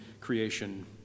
creation